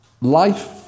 Life